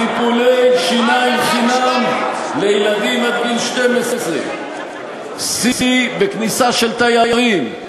טיפולי שיניים חינם לילדים עד גיל 12. שיא בכניסה של תיירים.